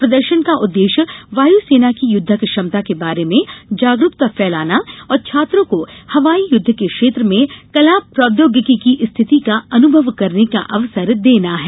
प्रदर्शन का उद्देश्य वायुसेना की युद्धक क्षमता के बारे में जागरूकता फैलाना और छात्रों को हवाई युद्ध के क्षेत्र में कला प्रौद्योगिकी की स्थिति का अनुभव करने का अवसर देना है